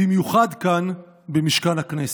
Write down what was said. במיוחד כאן, במשכן הכנסת.